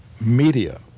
media